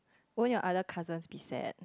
won't your other cousins be sad